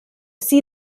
see